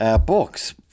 books